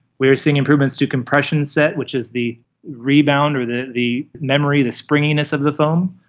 we are seeing improvements to compression set, which is the rebound or the the memory, the springiness of the foam.